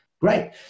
Great